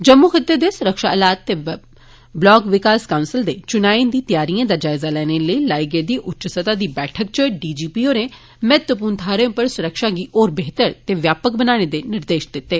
जम्मू खित्ते दे सुरक्षा हालात ते ब्लाक विकास कौंसल दे चुनाएं दी तैयारिएं दा जायजा लैने लेई लाई गेदी उच्च स्तह दी बैठक इच डीजीपी होरें महत्वपूर्ण थाहरें उप्पर सुरक्षा गी होर बेह्तर ते व्यापक बनाने दे निर्देश दित्ते